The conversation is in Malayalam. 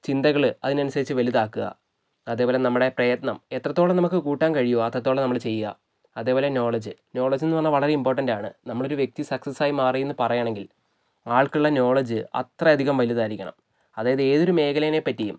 ചിന്തകള് അതിനനുസരിച്ച് വലുതാക്കുക അതേപോലെ നമ്മടെ പ്രയത്നം എത്രത്തോളം നമുക്ക് കൂട്ടാൻ കഴിയുമോ അത്രത്തോളം നമ്മൾ ചെയ്യുക അതേപോലെ നോളെജ് നോളെജെന്ന് പറഞ്ഞാൽ വളരെ ഇമ്പോർട്ടൻറ്റാണ് നമ്മൾ ഒരു വ്യക്തി സക്സസായി മാറി എന്ന് പറയണമെങ്കിൽ ആൾക്കുള്ള നോളെജ് അത്ര അധികം വലുതായിരിക്കണം അതായത് ഏതൊരു മേഖലയേ പറ്റിയും